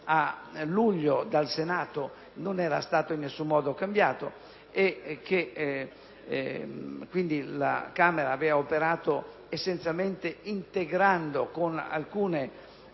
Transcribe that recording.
a luglio dal Senato non era stato in nessun modo cambiato e che la Camera aveva quindi operato essenzialmente integrando con alcuni